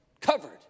covered